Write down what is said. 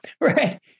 right